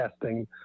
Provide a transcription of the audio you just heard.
testing